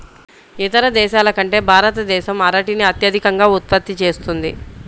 ఇతర దేశాల కంటే భారతదేశం అరటిని అత్యధికంగా ఉత్పత్తి చేస్తుంది